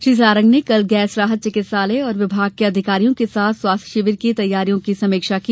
श्री सारंग ने कल गैस राहत चिकित्सालय और विभाग के अधिकारियों के साथ स्वास्थ्य शिविर की तैयारियों की समीक्षा की